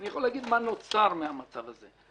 אני יכול להגיד מה נוצר מהמצב הזה.